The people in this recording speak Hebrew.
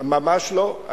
ממש לא.